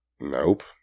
Nope